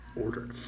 order